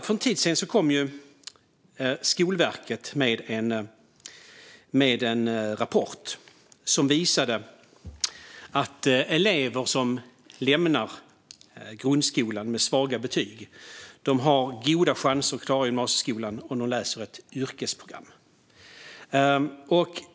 För en tid sedan kom Skolverket med en rapport som visade att elever som lämnar grundskolan med svaga betyg har goda chanser att klara gymnasieskolan om de läser ett yrkesprogram.